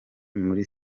muri